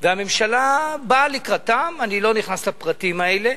והממשלה באה לקראתם, אני לא נכנס לפרטים האלה.